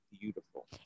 beautiful